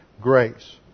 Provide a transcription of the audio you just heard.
grace